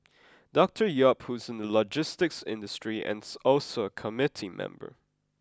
Doctor Yap who is in the logistics industry and is also a committee member